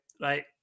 right